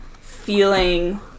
feeling